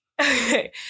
Okay